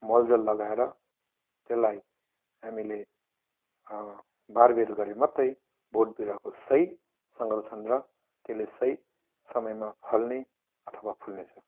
मलजल लगाएर त्यसलाई हामीले बारबेर गरे मात्रै बोट बिरुवाको सही संरक्षण र त्यसले सही समयमा फल्ने अथवा फुल्ने छ